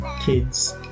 kids